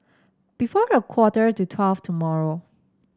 before a quarter to twelve tomorrow